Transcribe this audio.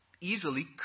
easily